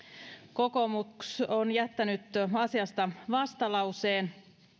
kokoomus on jättänyt asiasta vastalauseen